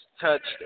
touched